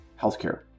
Healthcare